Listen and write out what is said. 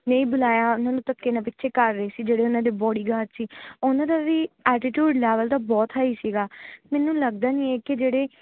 ਨਹੀਂ ਬੁਲਾਇਆ ਉਨ੍ਹਾਂ ਨੂੰ ਧੱਕੇ ਨਾਲ ਪਿੱਛੇ ਕਰ ਰਹੇ ਸੀ ਜਿਹੜੇ ਉਨ੍ਹਾਂ ਦੇ ਬੋਡੀਗਾਡ ਸੀ ਉਨ੍ਹਾਂ ਦਾ ਵੀ ਐਟੀਟਿਊਡ ਲੈਵਲ ਤਾਂ ਬਹੁਤ ਹਾਈ ਸੀਗਾ ਮੈਨੂੰ ਲੱਗਦਾ ਨਹੀਂ ਹੈ ਕਿ ਜਿਹੜੇ